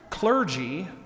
Clergy